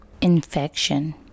Infection